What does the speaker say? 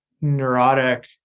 neurotic